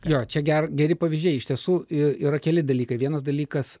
jo čia gera geri pavyzdžiai iš tiesų yra keli dalykai vienas dalykas